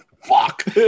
Fuck